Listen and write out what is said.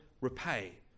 repay